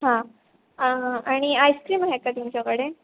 हां आणि आईस्क्रीम आहे का तुमच्याकडे